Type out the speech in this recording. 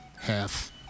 half